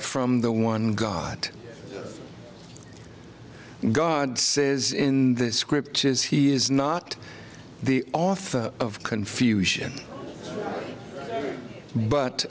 from the one god god says in the scriptures he is not the author of confusion but